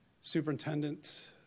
superintendent